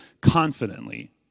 confidently